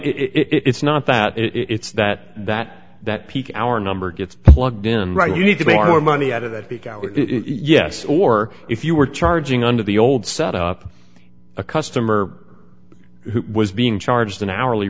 it's not that it's that that that peak hour number gets plugged in right you need to make more money out of that because yes or if you were charging under the old set up a customer who was being charged an hourly